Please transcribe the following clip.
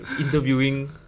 interviewing